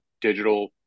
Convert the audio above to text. digital